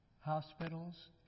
hospitals